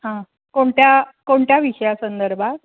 हां कोणत्या कोणत्या विषया संदर्भात